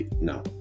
No